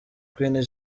queen